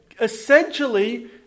essentially